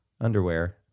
underwear